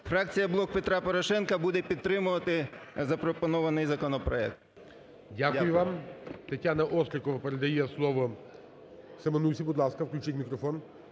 Фракція "Блок Петра Порошенка" буде підтримувати запропонований законопроект. ГОЛОВУЮЧИЙ. Дякую вам. Тетяна Острікова передає слово Семенусі. Будь ласка, включіть мікрофон.